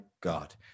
god